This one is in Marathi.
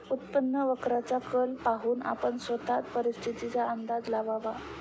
उत्पन्न वक्राचा कल पाहून आपण स्वतःच परिस्थितीचा अंदाज लावावा